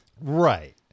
Right